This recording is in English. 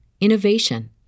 innovation